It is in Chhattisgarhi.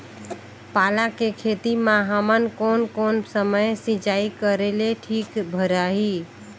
पाला के खेती मां हमन कोन कोन समय सिंचाई करेले ठीक भराही?